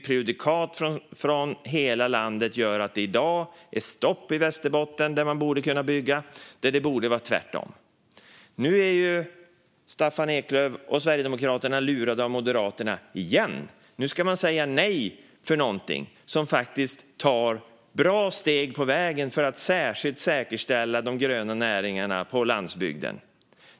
Prejudikat från hela landet gör att det i dag är stopp i Västerbotten, där man borde kunna bygga, där det borde vara tvärtom. Nu har Staffan Eklöf och Sverigedemokraterna lurats av Moderaterna igen. Nu ska man säga nej till någonting som faktiskt tar bra steg på vägen för att särskilt säkerställa de gröna näringarna på landsbygden.